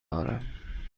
دارم